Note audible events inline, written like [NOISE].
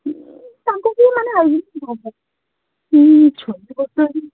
ତାଙ୍କୁ କିଏ ମାନେ [UNINTELLIGIBLE] ହୁଁ ଛୋଟ କଥା ଇଏ